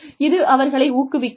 இது அவர்களை ஊக்குவிக்காது